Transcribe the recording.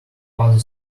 other